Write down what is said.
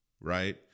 right